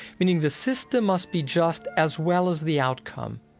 meaning the system must be just as well as the outcome.